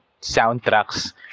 soundtracks